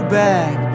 back